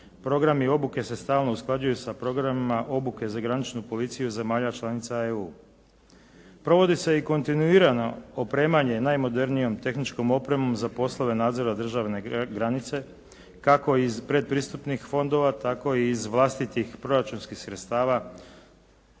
Programi i obuke se stalno usklađuju sa programima obuke za graničnu policiju zemalja članica EU. Provodi se i kontinuirano opremanje najmodernijom tehničkom opremom za poslove nadzora državne granice kako iz predpristupnih fondova tako i iz vlastitih proračunskih sredstava